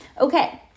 Okay